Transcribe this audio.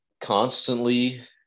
constantly